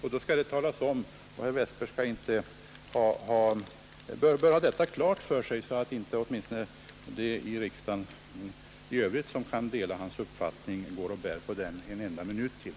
Detta skall talas om - och herr Westberg bör ha det klart för sig — så att inte de riksdagsledamöter som kan dela hans uppfattning går och bär på den en enda minut till.